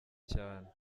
cyane